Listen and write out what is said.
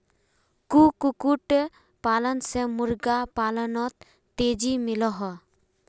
कुक्कुट पालन से मुर्गा पालानोत तेज़ी मिलोहो